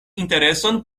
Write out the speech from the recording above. intereson